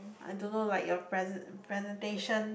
I don't know like your present presentation